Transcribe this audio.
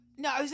No